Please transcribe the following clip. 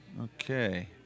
Okay